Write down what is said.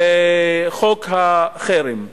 חוק החרם.